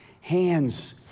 hands